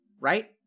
Right